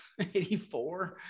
84